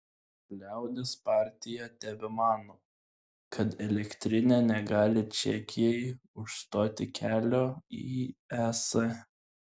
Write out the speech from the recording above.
liaudies partija tebemano kad elektrinė negali čekijai užstoti kelio į es